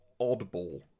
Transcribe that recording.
oddball